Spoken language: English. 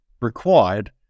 required